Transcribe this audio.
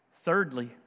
Thirdly